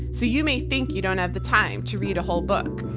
so you may think you don't have the time to read a whole book.